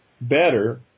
better